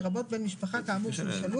לרבות בן משפחה כאמור שהוא שלוב,